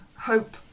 hope